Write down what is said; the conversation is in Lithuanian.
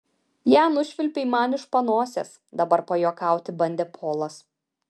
ją nušvilpei man iš panosės dabar pajuokauti bandė polas